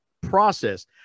process